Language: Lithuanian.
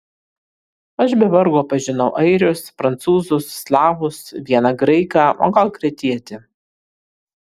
aš be vargo pažinau airius prancūzus slavus vieną graiką o gal kretietį